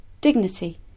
dignity